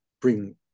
bring